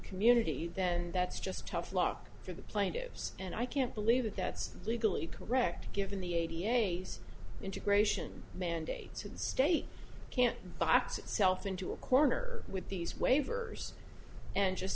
community then that's just tough luck for the plaintiffs and i can't believe that that's legally correct given the a d a s integration mandates in state can't box itself into a corner with these waivers and just